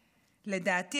לדעתי האישית,